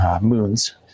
moons